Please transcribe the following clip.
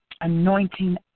anointing